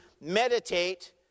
meditate